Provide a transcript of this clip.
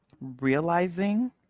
realizing